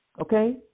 okay